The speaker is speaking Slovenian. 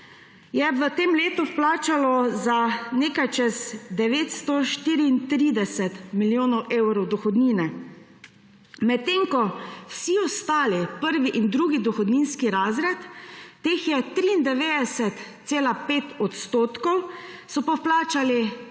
je v tem letu vplačalo za nekaj čez 934 milijonov evrov dohodnine, medtem ko vsi ostali, prvi in drugi dohodninski razred, teh je 93,5 odstotka, so pa vplačali